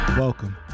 welcome